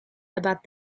about